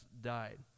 died